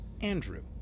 Andrew